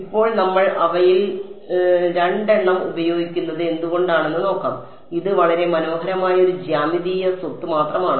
ഇപ്പോൾ നമ്മൾ അവയിൽ രണ്ടെണ്ണം ഉപയോഗിക്കുന്നത് എന്തുകൊണ്ടാണെന്ന് നോക്കാം ഇത് വളരെ മനോഹരമായ ഒരു ജ്യാമിതീയ സ്വത്ത് മാത്രമാണ്